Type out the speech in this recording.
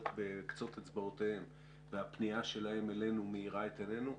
בקצות אצבעותיהם והפנייה שלהם אלינו מאירה את עינינו.